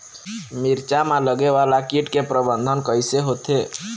मिरचा मा लगे वाला कीट के प्रबंधन कइसे होथे?